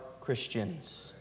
Christians